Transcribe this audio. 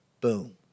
Boom